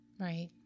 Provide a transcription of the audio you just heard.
Right